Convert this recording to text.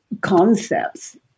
concepts